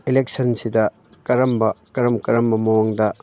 ꯏꯂꯦꯛꯁꯟꯁꯤꯗ ꯀꯔꯝꯕ ꯀꯔꯝ ꯀꯔꯝꯕ ꯃꯑꯣꯡꯗ